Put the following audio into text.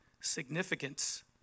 significance